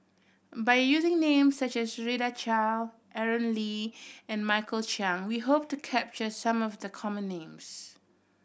by using names such as Rita Chao Aaron Lee and Michael Chiang we hope to capture some of the common names